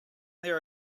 there